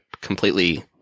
completely